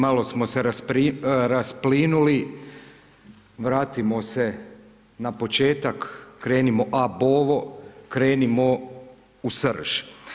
Malo smo se rasplinuli, vratimo se na početak krenimo a bovo, krenimo u srž.